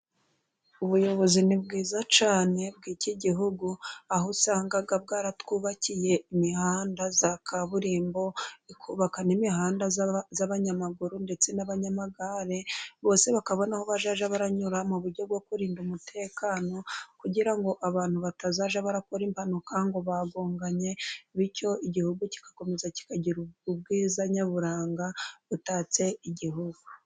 Ubuyobozi ni bwiza cyane bw'iki gihugu, aho usanga bwaratwubakiye imihanda ya kaburimbo, bakubaka n'imihanda y'abanyamaguru ndetse n'abanyamagare. Bose bakabona aho bazajya baranyura mu buryo bwo kurinda umutekano, kugira ngo abantu batazajya barakora impanuka ngo bagongane, bityo igihugu kigakomeza kikagira ubwiza nyaburanga butatse igihugu.